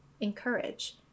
encourage